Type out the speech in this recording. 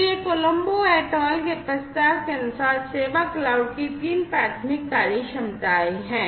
तो ये Colombo et al के प्रस्ताव के अनुसार सेवा क्लाउड की 3 प्राथमिक कार्यक्षमताएं हैं